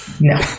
No